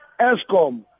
ESCOM